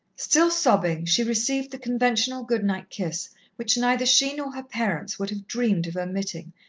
still sobbing, she received the conventional good-night kiss which neither she nor her parents would have dreamed of omitting,